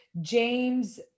James